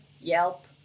yelp